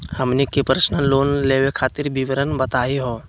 हमनी के personal loan लेवे खातीर विवरण बताही हो?